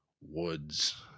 Woods